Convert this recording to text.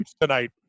tonight